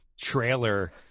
trailer